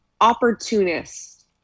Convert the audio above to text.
opportunists